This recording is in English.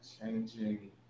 changing